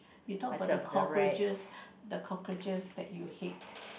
you talk about the cockroaches the cockroaches that you hate